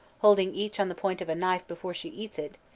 holding each on the point of a knife before she eats it,